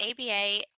ABA